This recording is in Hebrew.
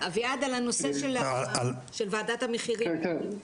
בנושא של ועדת המחירים.